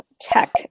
tech